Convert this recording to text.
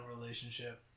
relationship